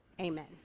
amen